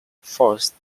forest